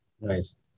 Nice